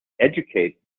educate